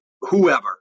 whoever